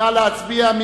נא להצביע.